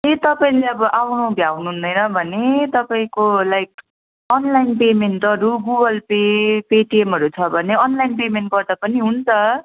त्यही तपाईँले अब आउनु भ्याउनु हुँदैन भने तपाईँको लाइक अनलाइन पेमेन्टहरू गुगल पे पेटिएमहरू छ भने अनलाइन पेमेन्ट गर्दा पनि हुन्छ